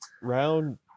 Round